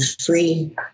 free